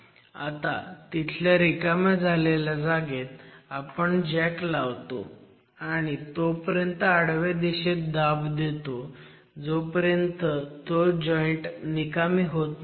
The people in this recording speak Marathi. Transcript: आता तिथल्या रिकाम्या झालेल्या जागेत आपण जॅक लावतो आणि तोपर्यंत आडव्या दिशेत दाब देतो जोपर्यंत तो जॉईंट निकामी होत नाही